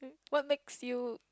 what makes you